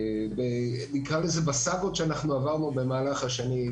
נקרא לזה בסאגות שאנחנו עברנו במהלך השנים,